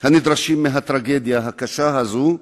הנדרשים מהטרגדיה הקשה הזאת,